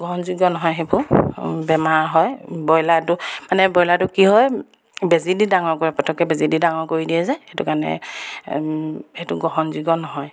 গ্ৰহণযোগ্য নহয় সেইবোৰ বেমাৰ হয় ব্ৰইলাৰটো মানে ব্ৰইলাৰটো কি হয় বেজী দি ডাঙৰ কৰে পটককৈ বেজী দি ডাঙৰ কৰি দিয়ে যে সেইটো কাৰণে সেইটো গ্ৰহণযোগ্য নহয়